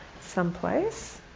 someplace